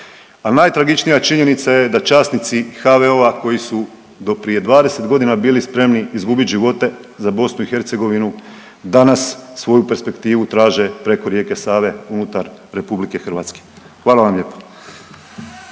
Ali najtragičnija činjenica je da časnici HVO-a koji su do prije 20 godina bili spremni izgubit živote za BiH danas svoju perspektivu traže preko rijeke Save unutar Republike Hrvatske. Hvala vam lijepa.